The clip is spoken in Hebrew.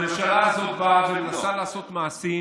הממשלה הזאת באה ומנסה לעשות מעשים